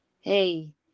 Hey